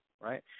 right